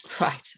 Right